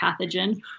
pathogen